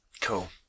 Cool